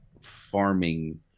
farming